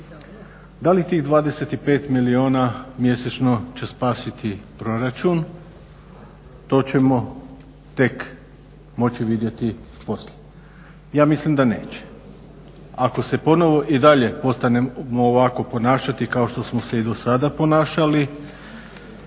Da li tih 25 milijuna mjesečno će spasiti proračun, to ćemo moći tek poslije vidjeti. Ja mislim da neće. Ako se ponovo i dalje ostanemo ovako ponašati kao što smo se i do sada ponašali,